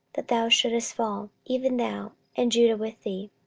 that thou shouldest fall, even thou, and judah with thee?